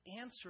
answer